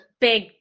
big